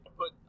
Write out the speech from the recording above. put